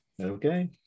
Okay